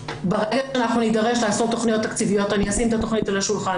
-- -אנחנו נידרש לעשות תכניות תקציביות אני אשים את התכנית על השולחן.